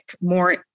more